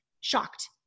shocked